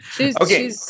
Okay